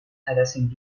harassing